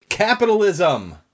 Capitalism